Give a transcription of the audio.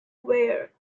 wear